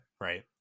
right